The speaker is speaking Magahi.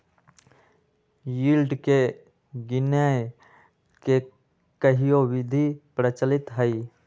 यील्ड के गीनेए के कयहो विधि प्रचलित हइ